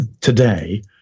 today